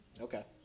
Okay